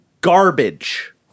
garbage